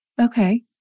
Okay